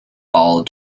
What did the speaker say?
bull